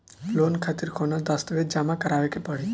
Loan खातिर कौनो दस्तावेज जमा करावे के पड़ी?